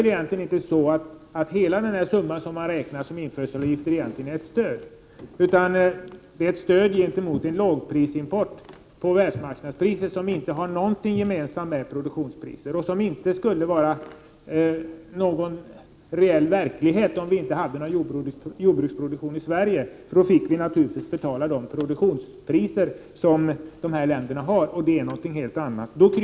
Egentligen är inte hela summan av införselavgifterna ett stöd till jordbruket, utan det fungerar som ett stöd till jordbruket gentemot en lågprisimport av varor till världsmarknadspris som inte har något gemensamt med produktionspriser och som inte skulle vara en verklighet om vi inte hade någon jordbruksproduktion i Sverige. Då fick vi naturligtvis betala de produktionskostnader som dessa länder har, och de är helt andra.